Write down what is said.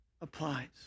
applies